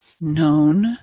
known